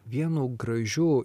vienu gražiu